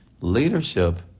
Leadership